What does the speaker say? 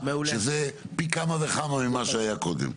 שזה פי כמה וכמה ממה שהיה קודם.